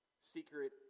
secret